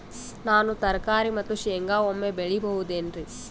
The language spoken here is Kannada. ನಾನು ತರಕಾರಿ ಮತ್ತು ಶೇಂಗಾ ಒಮ್ಮೆ ಬೆಳಿ ಬಹುದೆನರಿ?